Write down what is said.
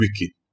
wicked